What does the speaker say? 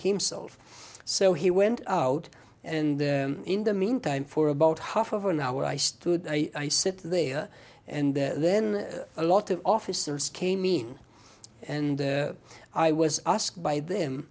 himself so he went out and in the meantime for about half of an hour i stood i sit there and then a lot of officers came in and i was asked by them